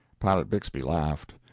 pilot bixby laughed.